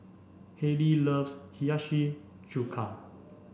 Haylie loves Hiyashi Chuka